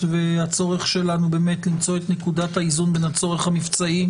והצורך שלנו למצוא את נקודת האיזון בין הצורך המבצעי